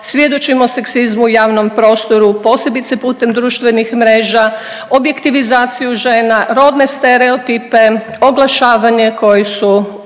svjedočimo seksizmu u javnom prostoru posebice putem društvenih mjera, objektivizaciju žena, rodne stereotipe, oglašavanje koji su